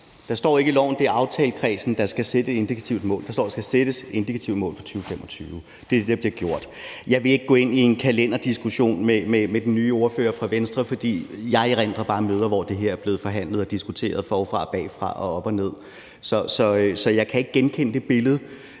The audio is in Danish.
Der står ikke i loven, at det er aftalekredsen, der skal sætte et indikativt mål; der står, at der skal sættes et indikativt mål for 2025, og det er det, der bliver gjort. Jeg vil ikke gå ind i en kalenderdiskussion med den nye ordfører fra Venstre, for jeg erindrer bare møder, hvor det her er blevet forhandlet og diskuteret forfra og bagfra og op og ned. Så jeg kan ikke genkende det billede.